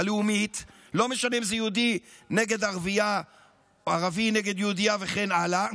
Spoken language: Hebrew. לא משנה אם זה יהודי נגד ערבייה או ערבי נגד יהודייה וכן הלאה,